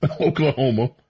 Oklahoma